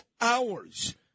hours